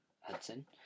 Hudson